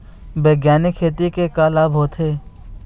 बैग्यानिक खेती के का लाभ होथे?